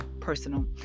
Personal